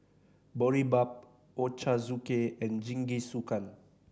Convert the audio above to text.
Boribap Ochazuke and Jingisukan